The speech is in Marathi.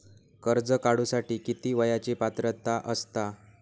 कर्ज काढूसाठी किती वयाची पात्रता असता?